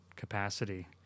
capacity